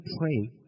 pray